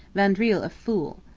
vaudreuil a fool.